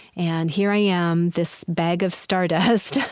and here i am, this bag of stardust,